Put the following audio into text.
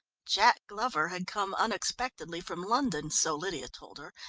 jack glover had come unexpectedly from london, so lydia told her,